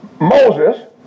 Moses